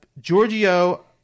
Giorgio